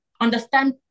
understand